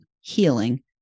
healing